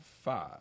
five